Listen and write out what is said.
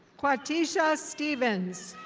quatisha stevens.